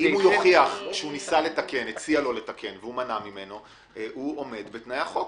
אם הוא יוכיח שהציע לו לתקן והוא מנע ממנו - הוא עומד בתנאי החוק.